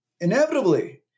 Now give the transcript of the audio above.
inevitably